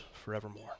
forevermore